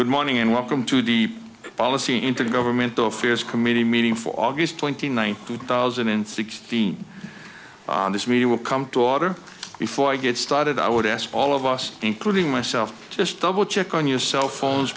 good morning and welcome to the policy intergovernmental affairs committee meeting for august twenty ninth two thousand and sixteen this meeting will come to order before i get started i would ask all of us including myself just double check on your cell phones